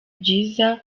byiza